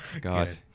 God